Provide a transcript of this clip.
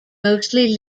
mostly